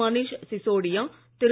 Manish Sisodia Thiru